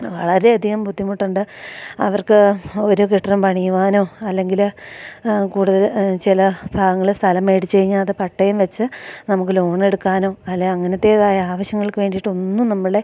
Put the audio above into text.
വളരെയധികം ബുദ്ധി മുട്ടുണ്ട് അവർക്ക് ഒരു കെട്ടിടം പണിയുവാനോ അല്ലെങ്കിൽ കൂടുതൽ ചില ഭാഗങ്ങളിൽ സ്ഥലം മേടച്ചു കഴിഞ്ഞാൽ അത് പട്ടയം വെച്ച് നമുക്ക് ലോണെടുക്കാനോ അല്ലേ അങ്ങനത്തേതായ ആവശ്യങ്ങൾക്കു വേണ്ടിയിട്ടൊന്നും നമ്മളുടെ